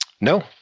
No